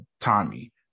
Tommy